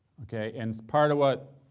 okay? and part of what